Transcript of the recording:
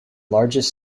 largest